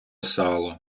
сало